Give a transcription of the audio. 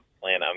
plan